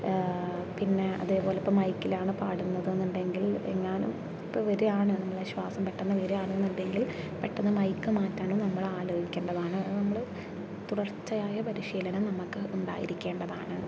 പിന്നെ അതേപോലെ ഇപ്പോൾ മൈക്കിലാണ് പാടുന്നത് എന്ന് ഉണ്ടെങ്കിൽ എങ്ങാനും ഇപ്പോൾ വരുകയാണ് നമ്മളെ ശ്വാസം പെട്ടന്ന് വരുകയാണെന്നുണ്ടെങ്കിൽ പെട്ടന്ന് മൈക്ക് മാറ്റാനും നമ്മൾ ആലോചിക്കേണ്ടതാണ് അത് നമ്മള് തുടർച്ചയായ പരിശീലനം നമുക്ക് ഉണ്ടായിരിക്കേണ്ടതാണ്